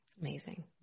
Amazing